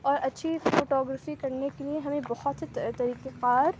اور اچھی photography کرنے کے لیے ہمیں بہت سے طریقہ کار